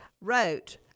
wrote